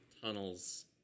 tunnels